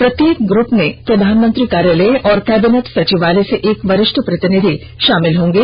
प्रत्येक ग्रप में प्रधानमंत्री कार्यालय और कैबिनेट सचिवालय से एक वरिष्ठ प्रतिनिधि शामिल होंगे